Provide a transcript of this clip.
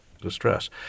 distress